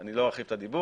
אני לא ארחיב את הדיבור,